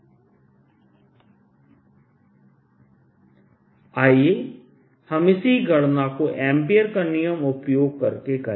B0Kz2π 22zsec2θdθz2sec2x0K2xz0 आइए हम इसी गणना को एम्पीयर का नियमAmpere's Law उपयोग करके करें